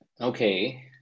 okay